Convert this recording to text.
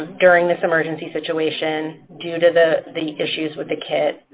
during this emergency situation, due to the the issues with the kit,